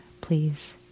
please